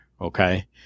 Okay